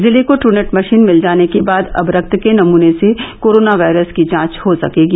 जिले को Truenat machine मिल जाने के बाद अब रक्त के नमूने से कोरोना वायरस की जांच हो सकेगी